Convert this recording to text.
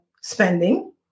spending